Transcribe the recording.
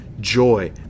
joy